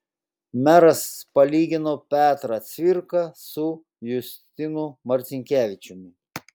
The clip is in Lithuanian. meras palygino petrą cvirką su justinu marcinkevičiumi